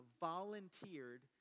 volunteered